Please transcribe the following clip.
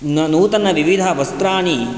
नूतनविविधवस्त्राणि